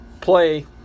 play